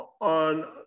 on